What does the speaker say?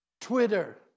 Twitter